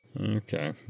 Okay